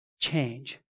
change